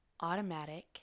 Automatic